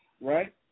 right